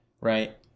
right